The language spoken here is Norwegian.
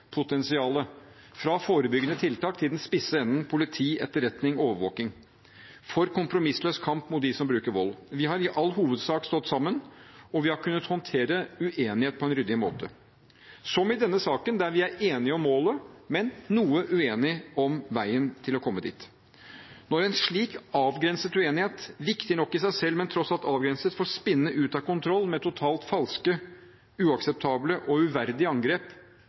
fra forebyggende tiltak til den spisse enden med politi, etterretning og overvåking, for kompromissløs kamp mot dem som bruker vold. Vi har i all hovedsak stått sammen, og vi har kunnet håndtere uenighet på en ryddig måte, som i denne saken, der vi er enige om målet, men noe uenige om veien dit. Når en slik avgrenset uenighet – viktig nok i seg selv, men tross alt avgrenset – får spinne ut av kontroll med totalt falske, uakseptable og uverdige angrep